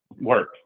work